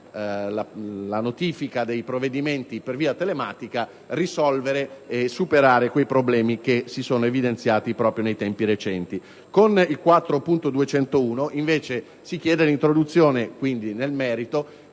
la notifica dei provvedimenti per via telematica, risolvere e superare quei problemi che si sono evidenziati proprio nei tempi recenti. Con l'emendamento 4.201, invece, si chiede l'introduzione, nel merito,